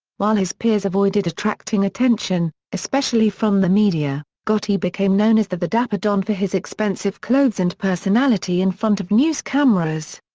while his peers avoided attracting attention, especially from the media, gotti became known as the the dapper don for his expensive clothes and personality in front of news cameras.